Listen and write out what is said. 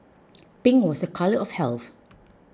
pink was a colour of health